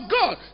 god